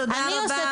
תודה רבה.